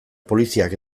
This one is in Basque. poliziak